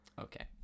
Okay